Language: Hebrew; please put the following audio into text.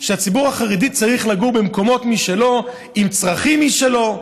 שהציבור החרדי צריך לגור במקומות משלו עם הצרכים שלו?